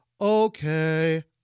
okay